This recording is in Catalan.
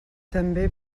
també